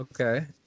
Okay